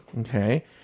okay